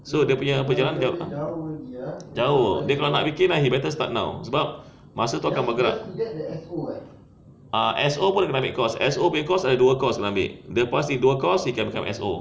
so dia punya perjala~ ah jauh dia kalau nak bikin dia better start now sebab masa tu akan bergerak ah S_O pun nak kena ambil course S_O punya course ada dua course nak kena ambil dia pass ini dua course he can become S_O